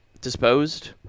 disposed